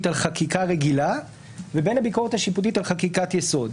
על חקיקה רגילה לבין הביקורת השיפוטית על חקיקת יסוד.